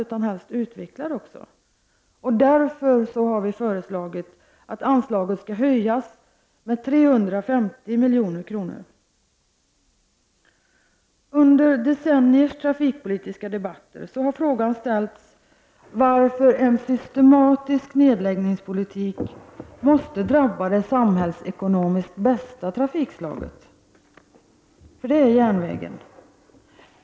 1989/90:96 järnvägstrafiken utan helst också utveckla den. Därför har vi föreslagit att 29 mars 1990 anslaget skall höjas med 350 milj.kr. Under decenniers trafikpolitiska debatter har frågan ställs varför en systematisk nedläggningspolitik måste drabba det samhällsekonomiskt bästa trafikslaget, järnvägen.